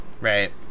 right